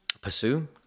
Pursue